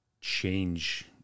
change